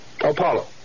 Apollo